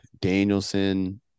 Danielson